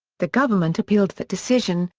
the government appealed that decision,